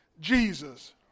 Jesus